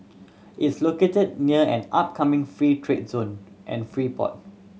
is located near an upcoming free trade zone and free port